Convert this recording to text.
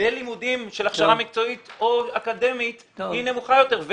ללימודים של הכשרה מקצועית או אקדמית היא נמוכה יותר.